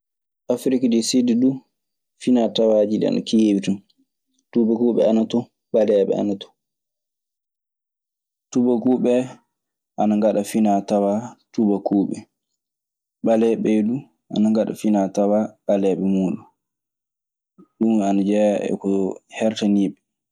Afrik di Siid duu, finaa tawaaji ɗii ana keewi ton. Tuubakuuɓe ana ton, ɓaleeɓe ana ton. Tuubakuuɓe ɓee ana ngaɗa finaa tawaa tuubakuuɓe. Ɓaleeɓe ɓee du ana ngaɗa finaa tawaa ɓaleeɓe muuɗun. Ɗun ana jeyaa e ko hertaniiɓe.